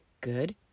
Good